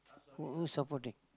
who who is supporting